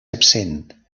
absent